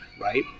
right